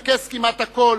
התנקז כמעט הכול